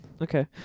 Okay